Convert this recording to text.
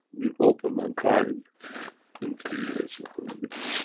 we open mankind into the universal community.